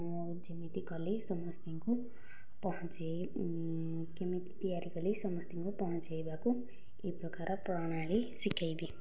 ମୁଁ ଯେମିତି କଲି ସମସ୍ତଙ୍କୁ ପହଞ୍ଚେଇ କେମିତି ତିଆରି କଲି ସମସ୍ତଙ୍କୁ ପହଞ୍ଚେଇବାକୁ ଏହି ପ୍ରକାରର ପ୍ରଣାଳୀ ଶିଖେଇବି